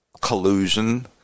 collusion